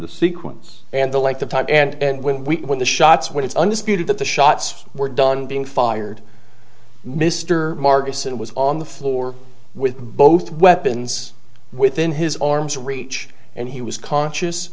the sequence and the length of time and when we when the shots when it's undisputed that the shots were done being fired mr marcus it was on the floor with both weapons within his arms reach and he was conscious